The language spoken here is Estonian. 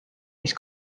mis